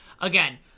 again